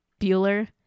Bueller